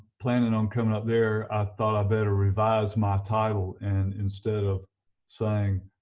planning on coming up there i thought i better revise my title and instead of saying